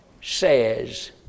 says